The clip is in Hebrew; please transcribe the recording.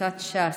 קבוצת סיעת ש"ס,